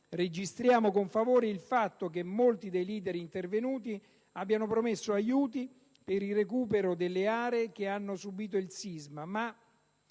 Registriamo con favore che molti dei *leader* intervenuti abbiamo promesso aiuti per il recupero delle aree che hanno subito il sisma, ma